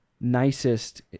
nicest